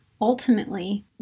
ultimately